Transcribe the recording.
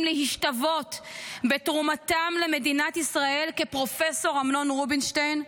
להשתוות בתרומתם למדינת ישראל כפרופסור אמנון רובינשטיין,